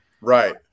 Right